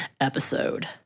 episode